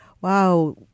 Wow